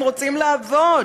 הם רוצים לעבוד,